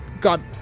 god